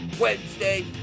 Wednesday